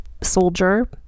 soldier